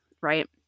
Right